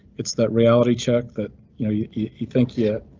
it's that reality. check that you think yet.